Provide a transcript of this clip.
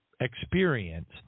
experience –